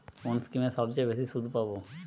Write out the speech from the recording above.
কোন স্কিমে সবচেয়ে বেশি সুদ পাব?